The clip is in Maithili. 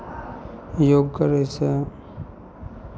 योग करयसँ